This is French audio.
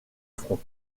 front